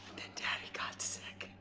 daddy got sick,